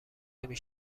نمی